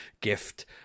gift